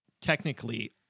technically